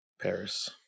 Paris